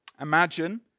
Imagine